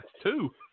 Two